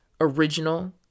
original